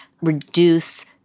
reduce